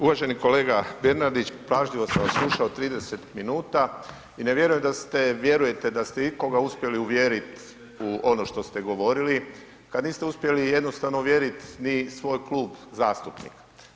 Uvaženi kolega Bernardić, pažljivo sam vas slušao 30 minuta i ne vjerujem da ste, vjerujte da ste ikoga uspjeli uvjerit u ono što ste govorili, kad niste uspjeli jednostavno uvjerit ni svoj klub zastupnika.